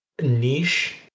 niche